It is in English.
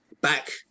back